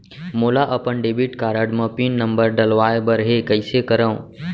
मोला अपन debit card म पिन नंबर डलवाय बर हे कइसे करव?